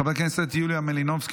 חברת הכנסת יוליה מלינובסקי,